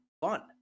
fun